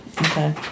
Okay